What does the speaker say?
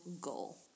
goal